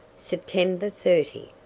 september thirty.